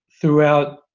throughout